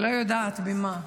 לא יודעת במה.